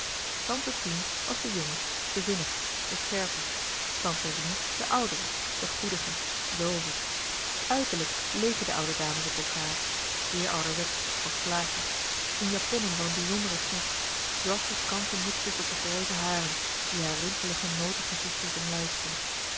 tante tien was de jonge de vinnige de scherpe tante rien de oudere de goedige doove uiterlijk leken de oude dames op elkaâr zeer ouderwetsch als plaatjes in japonnen van een bizonderen snit zwarte kanten mutsjes op de grijze haren die hare rimpelige notengezichtjes omlijstten